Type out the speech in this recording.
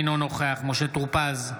אינו נוכח משה טור פז,